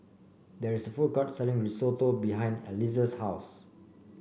there is a food court selling Risotto behind Eliezer's house